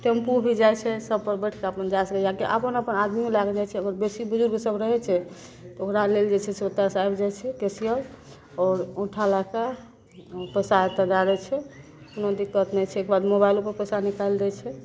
tempo भी जाइ छै सबपर बैठकऽ अपन जा सकइए अपन अपन आदमी लए कऽ जाइ छै अगर बेसी बुजुर्ग सब रहय छै ओकरा लेल जे छै से ओतऽसँ आबि जाइ छै कैशियर आओर औंठा लअ कऽ पैसा एतऽ दए दै छै कोनो दिक्कत नहि छै ओकर बाद मोबाइलोपर पैसा निकालि दै छै